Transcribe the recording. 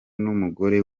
n’umugore